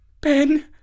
Ben